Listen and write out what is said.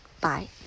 Bye